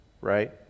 Right